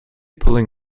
pulling